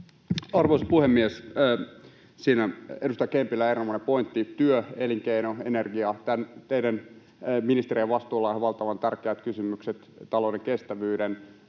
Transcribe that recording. Arvoisa puhemies! Edustaja Kempillä oli erinomainen pointti: työ, elinkeino, energia — tämän teidän ministeriönne vastuulla ovat valtavan tärkeät kysymykset: talouden kestävyys